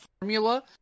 formula